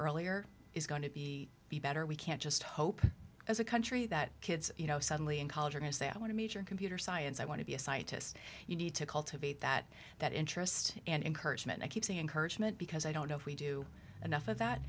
earlier is going to be better we can't just hope as a country that kids you know suddenly in college are going to say i want to major computer science i want to be a scientist you need to cultivate that that interest and encouragement i keep saying encouragement because i don't know if we do enough of that